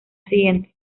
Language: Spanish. siguiente